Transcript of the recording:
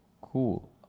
Cool